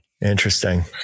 Interesting